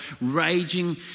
raging